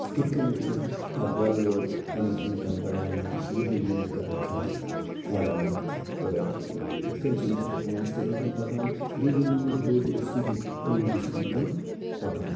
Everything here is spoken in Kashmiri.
یِتھ کٕنۍ چھُ اکھ گھرٕ وول پَنٕنی اِنکم بَڑھاوان یہِ چھُ یُہٲے یوٗنِٹ کران کھڑا فارمنٛگ مَنٛز تہٕ یِتھ کٔنۍ چھِ أمس اَکھ پانَس تہِ اِنکَم پَکان بیٚیہِ یمن نہٕ دۄدھ اوس کِہیٖنۍ تِمن تہِ چھِ اِنکم پکان